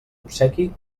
obsequi